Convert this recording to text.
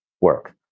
work